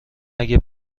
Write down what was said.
اگه